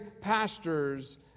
pastors